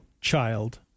Child